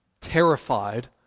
terrified